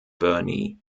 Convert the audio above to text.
byrne